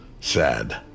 sad